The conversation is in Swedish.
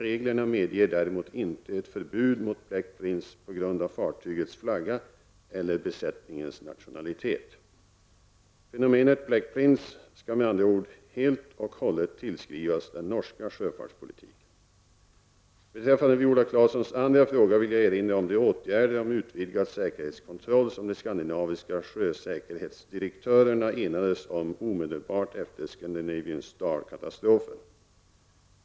Reglerna medger däremot inte ett förbud mot Black Prince på grund av fartygets flagga eller besättningens nationalitet. Fenomenet Black Prince skall med andra ord helt och hållet tillskrivas den norska sjöfartspolitiken. Beträffande Viola Claessons andra fråga vill jag erinra om de åtgärder om utvidgad säkerhetskontroll som de skandinaviska sjösäkerhetsdirektörerna enades om omedelbart efter Scandinavian Star-katastrofen.